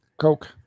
coke